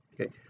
Okay